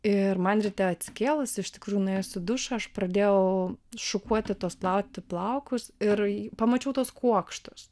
ir man ryte atsikėlusi iš tikrųjų nuėjus į dušą aš pradėjau šukuoti tuos plauti plaukus ir pamačiau tuos kuokštus